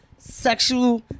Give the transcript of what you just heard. Sexual